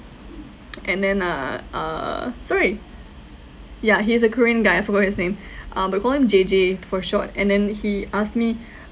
and then uh uh sorry ya he's a korean guy I forgot his name uh we call him J_J for short and then he asked me